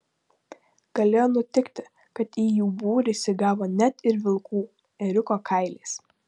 galėjo nutikti kad į jų būrį įsigavo net ir vilkų ėriuko kailiais